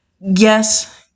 yes